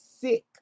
sick